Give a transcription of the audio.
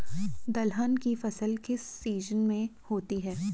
दलहन की फसल किस सीजन में होती है?